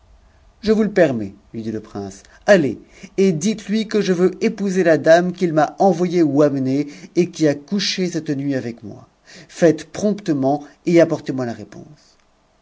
je vous le permets lui dit le prince allez et ditestue je veux épouser la dame qu'il m'a envoyée ou amenée et qui a t'he cette nuit avec moi laites promptement et apportez-moi la